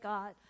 God